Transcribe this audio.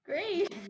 Great